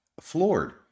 floored